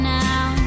now